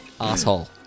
Asshole